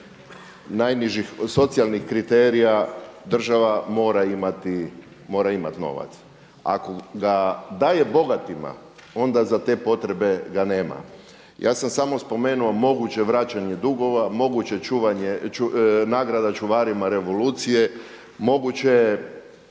najnižih socijalnih kriterija država mora imati novac. Ako ga daje bogatima onda za te potrebe ga nema. Ja sam samo spomenuo moguće vraćanje dugova, moguće čuvanje nagrada čuvarima revolucije, moguće